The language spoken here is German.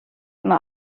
immer